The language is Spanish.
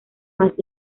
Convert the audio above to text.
más